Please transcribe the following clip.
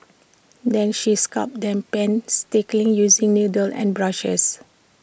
then she sculpts them painstakingly using needles and brushes